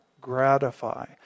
gratify